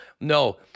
No